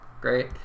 Great